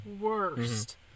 worst